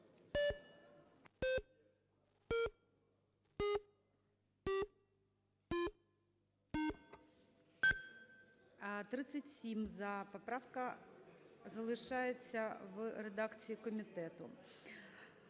За-37 Поправка залишається в редакції комітету.